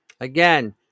Again